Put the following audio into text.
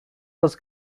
was